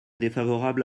défavorable